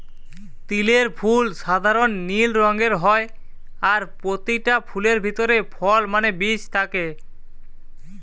তিলের ফুল সাধারণ নীল রঙের হয় আর পোতিটা ফুলের ভিতরে ফল মানে বীজ থাকে